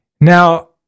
Now